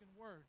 word